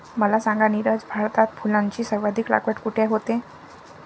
मला सांगा नीरज, भारतात फुलांची सर्वाधिक लागवड कुठे होते?